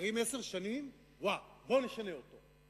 נזכרים עשר שנים, וואו, בואו ונשנה אותו.